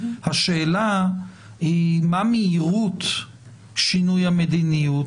השאלה היא מה מהירות שינוי המדיניות.